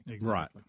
Right